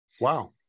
Wow